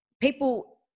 people